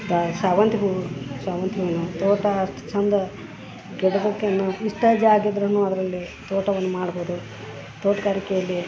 the ಶಾವಂತ್ಗಿ ಹೂ ಶಾವಂತಿಗೆ ಹೂವಿನ ತೋಟ ಅಷ್ಟು ಚಂದ ಇಷ್ಟ ಜಾಗ ಇದ್ದರೂನು ಅದರಲ್ಲಿ ತೋಟವನ್ನ ಮಾಡ್ಬೋದು ತೋಟಗಾರಿಕೆಯಲ್ಲಿ